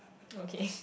okay